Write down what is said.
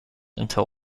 until